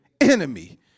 Enemy